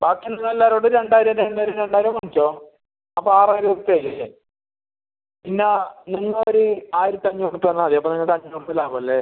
ബാക്കി ഉള്ള എല്ലാവരോടും രണ്ടായിരം രണ്ടായിരം രണ്ടായിരം മേടിച്ചോ അപ്പോൾ ആറായിരം ഉർപ്യ ആയില്ലേ പിന്നെ നിങ്ങൾ ഒരു ആയിരത്തഞ്ഞൂറ് തന്നാൽ മതി അപ്പോൾ നിങ്ങൾക്ക് അഞ്ഞൂറ് ഉർപ്യ ലാഭം അല്ലേ